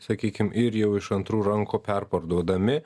sakykim ir jau iš antrų rankų perparduodami